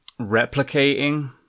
replicating